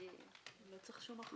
לא צריך שום הכנה.